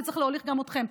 וצריך להוליך גם אתכם.